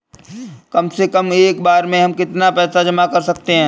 कम से कम एक बार में हम कितना पैसा जमा कर सकते हैं?